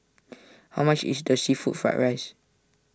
how much is the Seafood Fried Rice